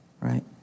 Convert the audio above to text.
Right